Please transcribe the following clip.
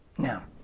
Now